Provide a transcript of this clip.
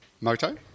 Moto